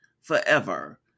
forever